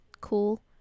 cool